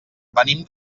venim